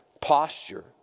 posture